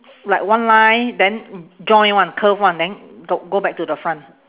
like one line then join one curve one then go go back to the front